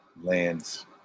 lands